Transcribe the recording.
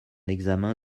examen